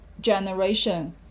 generation